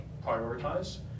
prioritize